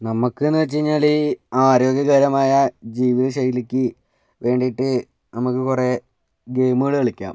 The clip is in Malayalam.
നമ്മൾക്കെന്നു വച്ചു കഴിഞ്ഞാൽ ആരോഗ്യകരമായ ജീവിത ശൈലിക്ക് വേണ്ടിയിട്ട് നമുക്ക് കുറേ ഗെയിമുകൾ കളിക്കാം